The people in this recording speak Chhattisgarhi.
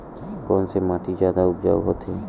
कोन से माटी जादा उपजाऊ होथे?